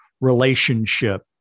relationship